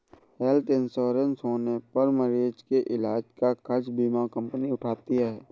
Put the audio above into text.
health insurance होने पर मरीज के इलाज का खर्च बीमा कंपनी उठाती है